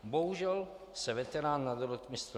Bohužel se veterán nadrotmistr